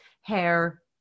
hair